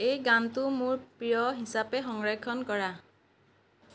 এই গানটো মোৰ প্ৰিয় হিচাপে সংৰক্ষণ কৰা